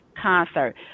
Concert